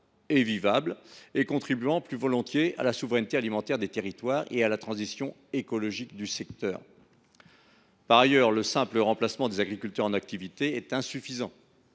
et vivables, qui contribuent plus volontiers à la souveraineté alimentaire des territoires et à la transition écologique du secteur. Par ailleurs, le simple remplacement des agriculteurs en activité est insuffisant.